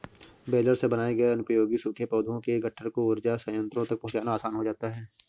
baler से बनाए गए अनुपयोगी सूखे पौधों के गट्ठर को ऊर्जा संयन्त्रों तक पहुँचाना आसान हो जाता है